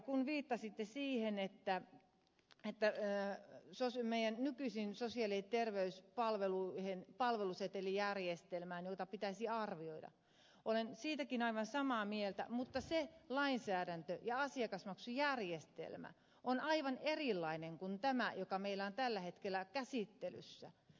kun viittasitte meidän nykyiseen sosiaali ja terveyspalvelusetelijärjestelmäämme jota pitäisi arvioida olen siitäkin aivan samaa mieltä mutta se lainsäädäntö ja asiakasmaksujärjestelmä on aivan erilainen kun tämä joka meillä on tällä hetkellä käsittelyssä